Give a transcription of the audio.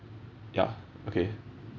ya okay